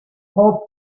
pop